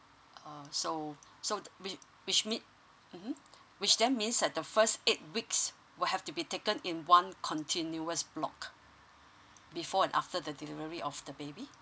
ah so so which which mean mmhmm which then mean that the first eight weeks will have to be taken in one continuous block before and after the delivery of the baby